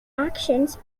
actions